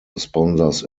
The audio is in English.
sponsors